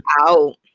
out